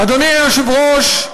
אדוני היושב-ראש,